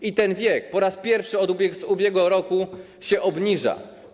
I ten wiek po raz pierwszy od ubiegłego roku się obniża.